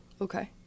Okay